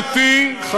ואם קרה, אז מה קרה?